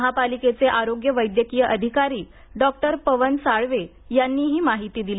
महापालिकेचे आरोग्य वैद्यकीय अधिकारी डॉक्टर पवन साळवे यांनी ही माहिती दिली